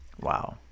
Wow